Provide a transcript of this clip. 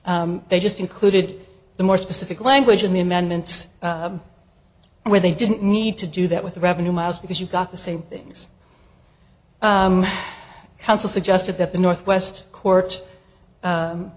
systems they just included the more specific language in the amendments where they didn't need to do that with the revenue miles because you've got the same things counsel suggested that the northwest court